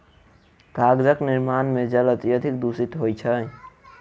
कागजक निर्माण मे जल अत्यधिक दुषित होइत छै